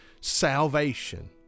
salvation